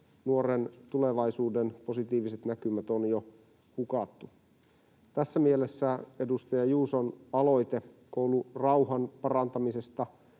nuoren tulevaisuuden positiiviset näkymät on jo hukattu. Tässä mielessä edustaja Juuson aloite koulurauhan parantamisesta